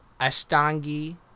Ashtangi